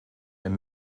een